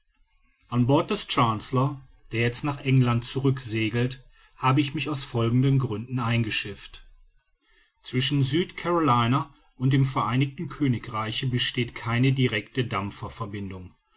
an bord des chancellor der jetzt nach england zurücksegelt habe ich mich aus folgenden gründen eingeschifft zwischen süd carolina und dem vereinigten königreiche besteht keine directe